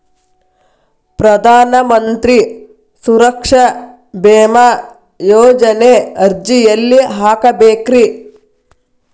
ಪ್ರಧಾನ ಮಂತ್ರಿ ಸುರಕ್ಷಾ ಭೇಮಾ ಯೋಜನೆ ಅರ್ಜಿ ಎಲ್ಲಿ ಹಾಕಬೇಕ್ರಿ?